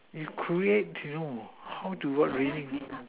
is create you know how to what raining